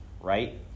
right